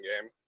game